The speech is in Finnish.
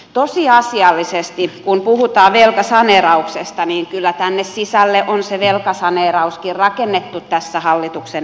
tosiasiallisesti kun puhutaan velkasaneerauksesta niin kyllä tänne sisälle on se velkasaneerauskin rakennettu tässä hallituksen esityksessä